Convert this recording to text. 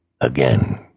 again